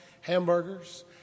hamburgers